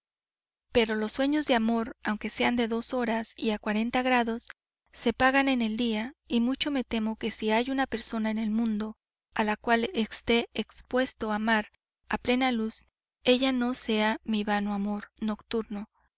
pero los sueños de amor aunque sean de dos horas y a se pagan en el día y mucho me temo que si hay una persona en el mundo a la cual esté expuesto a amar a plena luz ella no sea mi vano amor nocturno